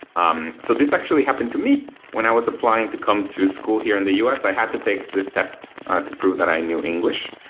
um so this actually happened to me when i was applying to come to school here in the us. i had to take this test to prove that i knew english.